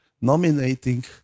nominating